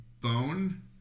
bone